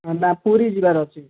ହଁ ନା ପୁରୀ ଯିବାର ଅଛି